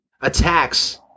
attacks